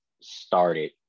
started